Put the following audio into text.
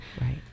Right